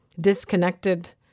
disconnected